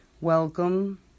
Welcome